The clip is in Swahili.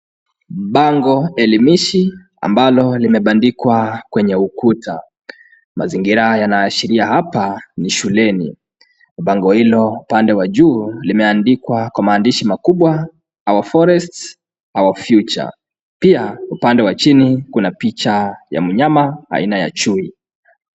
Bango elimishi ambalo limebandikwa kwenye ukuta. Mazingira yanaashiria hapa ni shuleni, bango hilo upande wa juu limeandikwa kwa maandhishi makubwa OUR FORESTS OUR FUTURE , pia upande wa chini kuna picha ya mnyama aina ya chui.